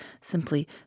simply